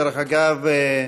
דרך אגב,